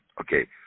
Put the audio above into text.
Okay